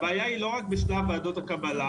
הבעיה היא לא רק בשלב ועדות הקבלה,